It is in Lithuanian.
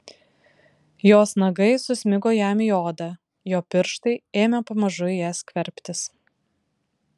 jos nagai susmigo jam į odą jo pirštai ėmė pamažu į ją skverbtis